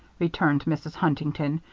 returned mrs. huntington,